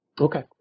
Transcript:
okay